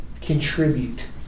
Contribute